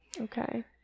Okay